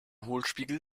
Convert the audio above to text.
hohlspiegel